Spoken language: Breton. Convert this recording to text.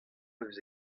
eus